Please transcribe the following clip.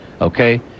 okay